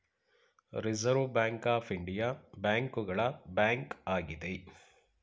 reserve Bank of India ಬ್ಯಾಂಕುಗಳ bank ಆಗಿದೆ